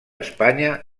espanya